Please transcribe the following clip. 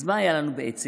אז מה היה לנו בעצם?